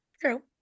True